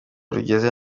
rugeze